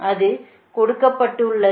அது கொடுக்கப்பட்டுள்ளது